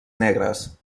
negres